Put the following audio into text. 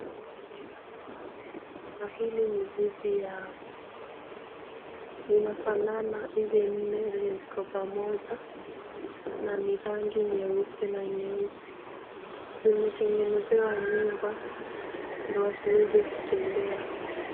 Ng'ombe hapa. Na hili ni zizi yao. Zinafanana hizi nne zenye ziko pamoja. Na ni rangi nyeupe na nyeusi. Zime tengenezewa nyumba. Ndio wasiweze kutembea.